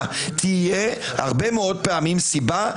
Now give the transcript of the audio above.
תרשמי, בבקשה.